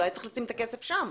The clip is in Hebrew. אולי צריך לשים את הכסף שם.